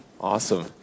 Awesome